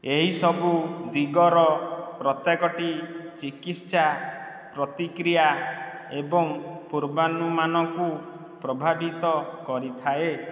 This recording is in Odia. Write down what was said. ଏହିସବୁ ଦିଗର ପ୍ରତ୍ୟେକଟି ଚିକିତ୍ସା ପ୍ରତିକ୍ରିୟା ଏବଂ ପୂର୍ବାନୁମାନକୁ ପ୍ରଭାବିତ କରିଥାଏ